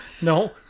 No